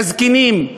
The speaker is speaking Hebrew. לזקנים,